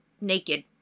naked